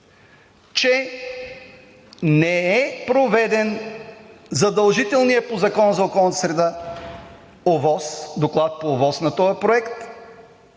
че не е проведен задължителният по Закона за околната среда Доклад по ОВОС на този проект,